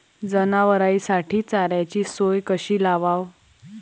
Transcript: जनावराइसाठी चाऱ्याची सोय कशी लावाव?